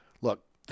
Look